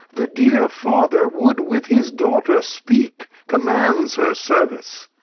the dear father wou'd with his daughter speak, commands her service.